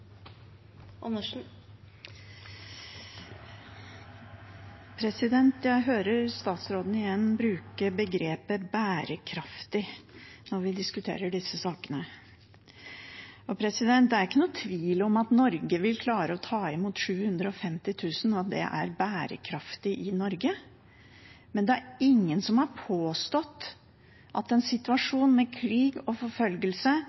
Jeg hører statsråden igjen bruke begrepet «bærekraftig» når vi diskuterer disse sakene. Det er ikke noen tvil om at Norge vil klare å ta imot 750, at det er bærekraftig i Norge, men det er ingen som har påstått at en situasjon med krig og forfølgelse